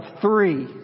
three